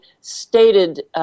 stated